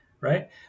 Right